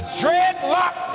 dreadlock